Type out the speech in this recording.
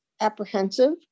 apprehensive